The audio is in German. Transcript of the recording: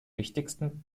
wichtigsten